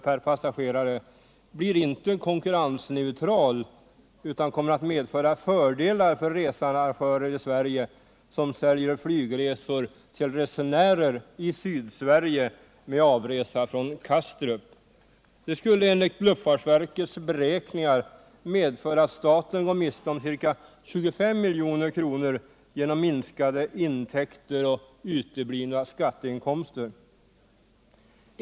per passagerare blir inte konkurrensneutral utan kommer att medföra fördelar för researrangörer i Sverige som säljer flygresor till resenärer i Sydsverige med avresa från Kastrup. Det skulle enligt luftfartsverkets beräkningar medföra att staten går miste om ca 25 milj.kr. genom minskade intäkter och uteblivna skatteinkomster.